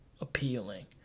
appealing